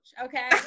okay